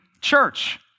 church